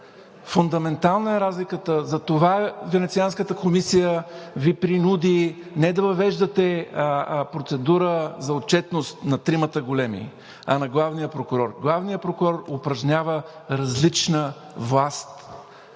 фундаментална е разликата. Затова Венецианската комисия Ви принуди не да въвеждате процедура за отчетност на тримата големи, а на главния прокурор. Главният прокурор упражнява различна власт,